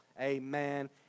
Amen